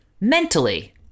Mentally